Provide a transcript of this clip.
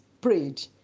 prayed